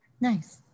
nice